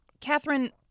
Catherine